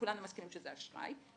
כולנו מסכימים שזה אשראי,